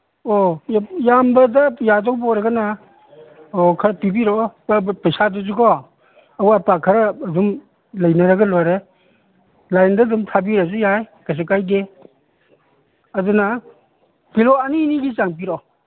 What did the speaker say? ꯑꯣ ꯌꯥꯝꯕꯗ ꯌꯥꯗꯧꯕ ꯑꯣꯏꯔꯒꯅ ꯑꯣ ꯈꯔ ꯄꯤꯕꯤꯔꯛꯑꯣ ꯄ꯭ꯔꯞ ꯄ꯭ꯔꯞ ꯄꯩꯁꯥꯗꯨꯁꯨꯀꯣ ꯑꯋꯥꯠ ꯑꯄꯥ ꯍꯔ ꯑꯗꯨꯝ ꯂꯩꯅꯔꯒ ꯂꯣꯏꯔꯦ ꯂꯥꯏꯟꯗ ꯑꯗꯨꯝ ꯊꯥꯕꯤꯔꯁꯨ ꯌꯥꯏ ꯀꯩꯁꯨ ꯀꯥꯏꯗꯦ ꯑꯗꯨꯅ ꯀꯤꯂꯣ ꯑꯅꯤ ꯑꯅꯤꯒꯤ ꯆꯥꯡ ꯄꯤꯔꯛꯑꯣ